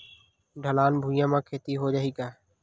ढलान भुइयां म खेती हो जाही का?